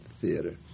theater